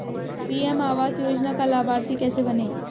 PM आवास योजना का लाभर्ती कैसे बनें?